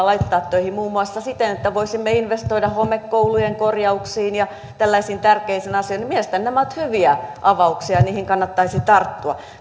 laittaa töihin muun muassa siten että voisimme investoida homekoulujen korjauksiin ja tällaisiin tärkeisiin asioihin niin mielestäni nämä ovat hyviä avauksia ja niihin kannattaisi tarttua